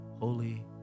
Holy